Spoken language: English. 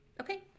Okay